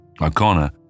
O'Connor